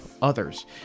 others